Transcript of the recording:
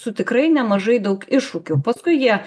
su tikrai nemažai daug iššūkių paskui jie